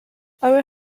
our